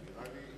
זה נראה לי מופרך.